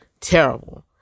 Terrible